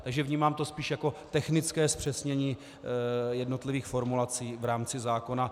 Takže vnímám to spíš jako technické zpřesnění jednotlivých formulací v rámci zákona.